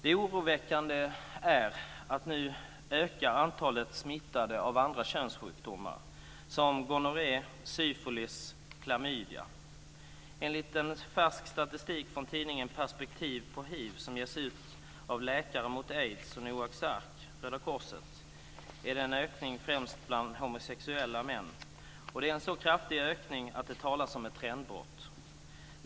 Det oroväckande nu är att antalet smittade i andra könssjukdomar ökar - gonorré, syfilis och klamydia. Enligt en färsk statistik från tidningen Perspektiv på hiv, som ges ut av Läkare mot aids, Noaks ark-Röda korset, är det en ökning främst bland homosexuella män. Den är så kraftig att det talas om ett trendbrott.